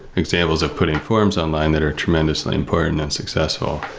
examples of putting forms online that are tremendously important and successful.